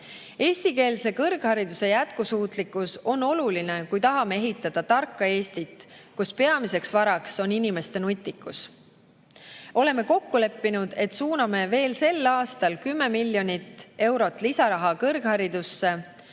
Eestikeelse kõrghariduse jätkusuutlikkus on oluline, kui tahame ehitada tarka Eestit, kus peamiseks varaks on inimeste nutikus. Oleme kokku leppinud, et suuname veel sel aastal 10 miljonit eurot lisaraha kõrgharidusse